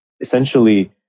essentially